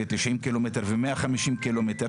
ו-90 ק"מ ו-150 ק"מ,